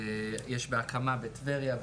יש בהקמה בטבריה,